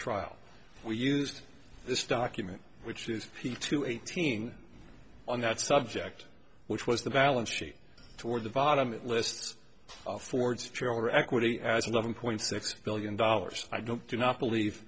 trial we used this document which is p two eighteen on that subject which was the balance sheet toward the bottom it lists ford's trailer equity as eleven point six billion dollars i don't do not believe